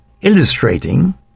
illustrating